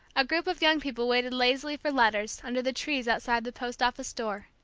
a group of young people waited lazily for letters, under the trees outside the post-office door.